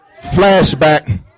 flashback